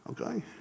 okay